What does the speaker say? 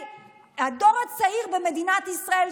היה ראוי שתבואו ותעמדו לפני הדור הצעיר במדינת ישראל,